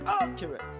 accurate